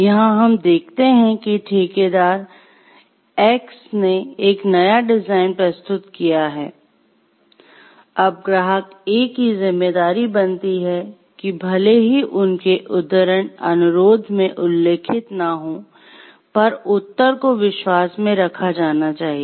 यहाँ हम देखते हैं कि ठेकेदार X ने एक नया डिज़ाइन प्रस्तुत किया है अब ग्राहक A की जिम्मेदारी बनती है कि भले ही उनके उद्धरण अनुरोध में उल्लेखित न हो पर उत्तर को विश्वास में रखा जाना चाहिए